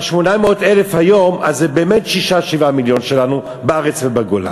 וה-800,000 היום זה באמת 6 7 מיליון בארץ ובגולה,